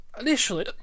initially